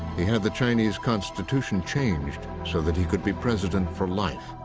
he had the chinese constitution changed so that he could be president for life.